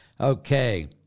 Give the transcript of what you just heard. Okay